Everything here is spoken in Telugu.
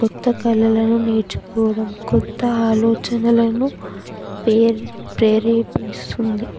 కొత్త కళలను నేర్చుకోవడం కొత్త ఆలోచనలను పేర ప్రేరేపిస్తుంది